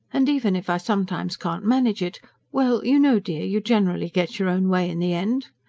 and even if i sometimes can't manage it well, you know, dear, you generally get your own way in the end.